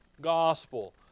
gospel